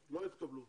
שלא התקבלו